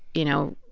you know,